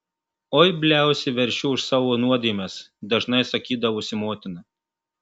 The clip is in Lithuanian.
oi bliausi veršiu už savo nuodėmes dažnai sakydavusi motina